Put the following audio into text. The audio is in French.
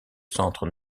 centre